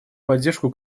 поддержку